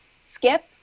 skip